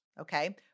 okay